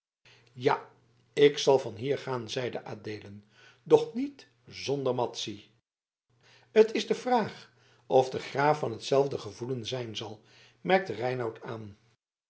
ja ik zal van hier gaan zeide adeelen doch niet zonder madzy t is de vraag of de graaf van t zelfde gevoelen zijn zal merkte reinout aan